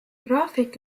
graafik